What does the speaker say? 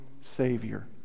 Savior